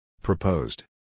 Proposed